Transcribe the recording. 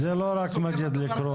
זה לא רק במג'דל כרום,